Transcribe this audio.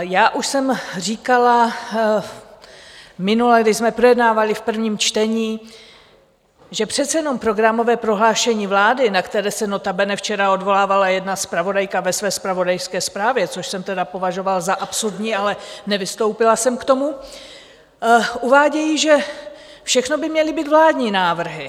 Já už jsem říkala minule, když jsme projednávali v prvním čtení, že přece jenom programové prohlášení vlády, na které se notabene včera odvolávala jedna zpravodajka ve své zpravodajské zprávě, což jsem tedy považovala za absurdní, ale nevystoupila jsem k tomu, uvádí, že všechno by měly být vládní návrhy.